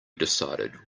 decided